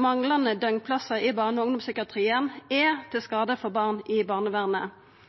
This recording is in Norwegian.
Manglande døgnplassar i barne- og ungdomspsykiatrien er til skade for barn i barnevernet.